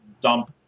dump